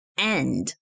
end